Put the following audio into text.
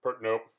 Nope